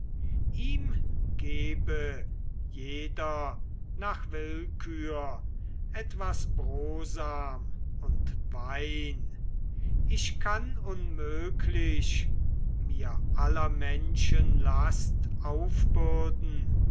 ihm gebe jeder nach willkür etwas brosam und wein ich kann unmöglich mir aller menschen last auf